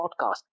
podcast